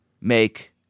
make